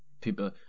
People